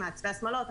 מעצבי השמלות,